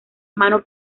mano